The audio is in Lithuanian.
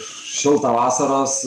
šiltą vasaros